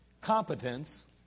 competence